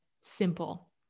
simple